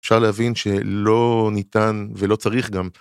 אפשר להבין שלא ניתן ולא צריך גם.